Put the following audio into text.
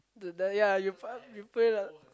the the yeah you p~ you play the